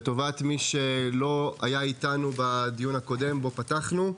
לטובת מי שלא היה איתנו בדיון הקודם בו פתחנו,